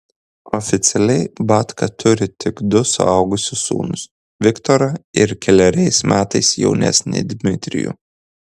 oficialiai batka turi tik du suaugusius sūnus viktorą ir keleriais metais jaunesnį dmitrijų